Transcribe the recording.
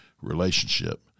relationship